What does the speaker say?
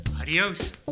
Adios